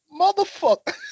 Motherfucker